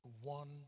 one